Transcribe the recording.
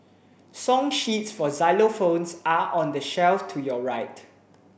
song sheets for xylophones are on the shelf to your right